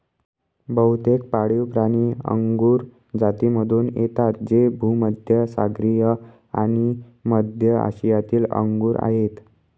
बहुतेक पाळीवप्राणी अंगुर जातीमधून येतात जे भूमध्य सागरीय आणि मध्य आशियातील अंगूर आहेत